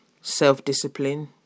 self-discipline